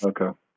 Okay